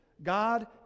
God